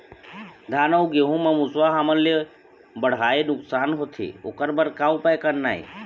धान अउ गेहूं म मुसवा हमन ले बड़हाए नुकसान होथे ओकर बर का उपाय करना ये?